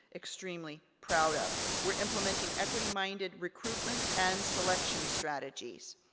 extremely proud of. we're implementing equity-minded recruitment and selection strategies.